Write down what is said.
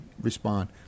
respond